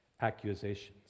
accusations